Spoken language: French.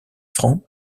francs